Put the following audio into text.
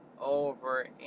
over